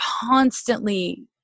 constantly